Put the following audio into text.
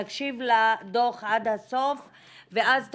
נקשיב לדוח עד הסוף ואז,